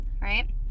Right